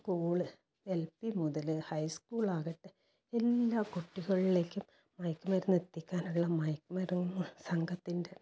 school L P മുതല് high school ആകട്ടെ എല്ലാ കുട്ടികളിലേക്കും മയക്കുമരുന്നെത്തിക്കാനുള്ള മയക്കുമരുന്ന് സംഘത്തിൻ്റെ